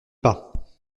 pas